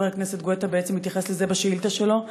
חבר הכנסת גואטה התייחס לזה בשאילתה שלו,